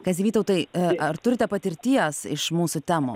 kazy vytautai ar turite patirties iš mūsų temų